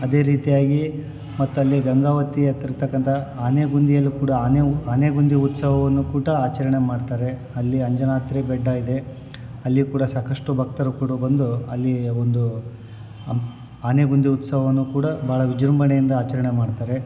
ಅದೇ ರೀತಿಯಾಗಿ ಮತ್ತು ಅಲ್ಲಿ ಗಂಗಾವತಿ ಹತ್ರ ಇರ್ತಕ್ಕಂಥ ಆನೆಗೊಂದಿಯಲ್ಲಿ ಕೂಡ ಆನೆವು ಆನೆ ಗೊಂದಿ ಉತ್ಸವವನ್ನು ಕೂಡ ಆಚರಣೆ ಮಾಡ್ತಾರೆ ಅಲ್ಲಿ ಅಂಜನಾದ್ರಿ ಬೆಟ್ಟ ಇದೆ ಅಲ್ಲಿಯು ಕೂಡ ಸಾಕಷ್ಟು ಭಕ್ತರು ಕೂಡ ಬಂದು ಅಲ್ಲಿ ಒಂದು ಅಮ್ ಆನೆಗೊಂದಿ ಉತ್ಸವವನ್ನು ಕೂಡ ಭಾಳ ವಿಜೃಂಭಣೆಯಿಂದ ಆಚರಣೆ ಮಾಡ್ತಾರೆ